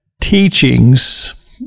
teachings